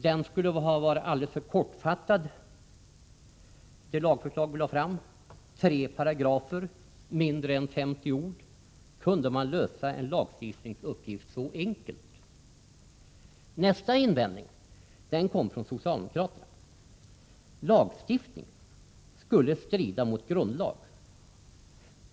Det lagförslag vi lade fram var alldeles för kortfattat — tre paragrafer, mindre än 50 ord. Kunde man lösa en lagstiftningsuppgift så enkelt? Nästa invändning kom från socialdemokraterna. Lagstiftning skulle strida mot grundlag.